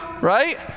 right